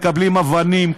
מקבלים אבנים,